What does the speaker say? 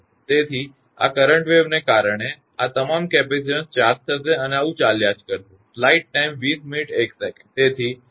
તેથી આ કરંટ વેવને કારણે આ તમામ કેપેસિટીન્સ ચાર્જ થશે અને આવું ચાલ્યા જ કરશે